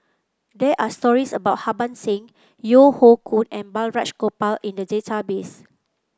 there are stories about Harbans Singh Yeo Hoe Koon and Balraj Gopal in the database